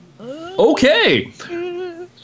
Okay